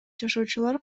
жашоочулар